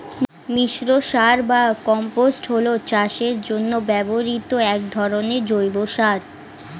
মিশ্র সার বা কম্পোস্ট হল চাষের জন্য ব্যবহৃত এক ধরনের জৈব সার